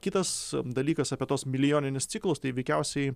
kitas dalykas apie tuos milijoninius ciklus tai veikiausiai